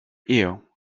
ill